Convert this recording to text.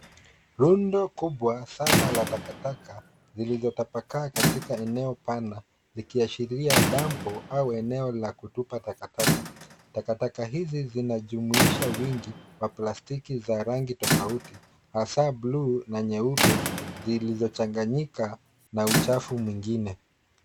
Rundo kubwa sana la takataka lililotapakaa katika eneo pana; zikiashiria dampu au eneo la kutupa takataka. Takataka hizi zinajumuisha wingi wa plastiki za rangi tofauti hasa buluu na nyeupe zilizochanganyika na uchafu mwingine.